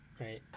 right